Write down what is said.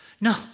No